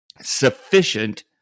sufficient